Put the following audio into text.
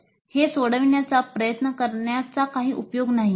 'हे सोडवण्याचा प्रयत्न करण्याचा काही उपयोग नाही